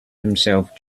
himself